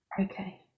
Okay